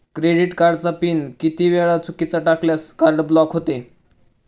Credit कार्डचा pin किती वेळा चुकीचा टाकल्यास कार्ड ब्लॉक होते?